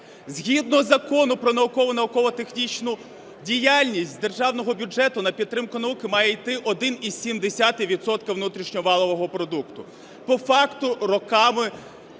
Згідно Закону "Про наукову і науково-технічну діяльність" з державного бюджету на підтримку науки має йти 1,7 відсотка внутрішньо-валового продукту. По-факту роками